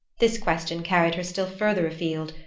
this question carried her still farther afield,